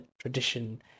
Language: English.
tradition